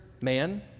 man